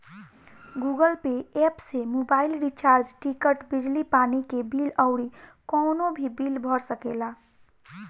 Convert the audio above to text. Google Pay app से mobile recharge, ticket, बिजली पानी के बिल अउरी कवनो भी बिल भर सकेला